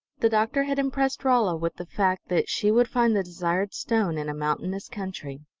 the doctor had impressed rolla with the fact that she would find the desired stone in a mountainous country.